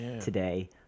today